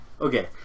Okay